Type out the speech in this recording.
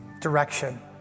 direction